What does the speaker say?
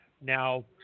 Now